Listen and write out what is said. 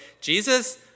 Jesus